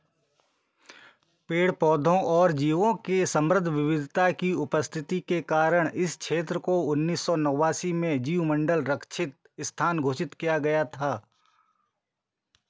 पेड़ पौधों और जीवों की समृद्ध विविधता की उपस्थिति के कारण इस क्षेत्र को उन्नीस सौ नवासी में जीवमंडल रक्षित स्थान घोषित किया गया था